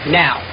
now